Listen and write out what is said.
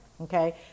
okay